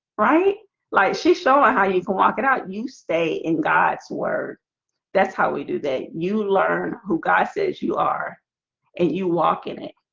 right like she showing how you you can walk it out. you stay in god's word that's how we do that. you learn who god says you are and you walk in it